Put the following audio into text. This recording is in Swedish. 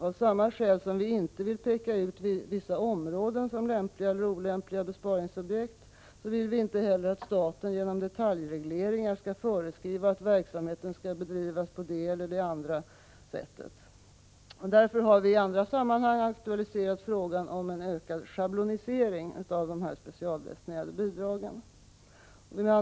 Av samma skäl som vi inte vill peka ut vissa områden som lämpliga eller olämpliga besparingsobjekt vill vi inte heller att staten genom detaljregleringar skall föreskriva att verksamheten skall bedrivas på det ena eller det andra sättet. Därför har vi i andra sammanhang aktualiserat frågan om en ökad schablonisering av de specialdestinerade bidragen.